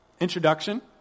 Introduction